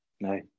no